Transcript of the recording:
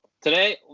Today